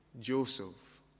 Joseph